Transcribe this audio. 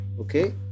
Okay